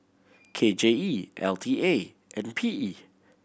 K J E L T A and P E